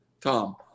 Tom